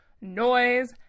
noise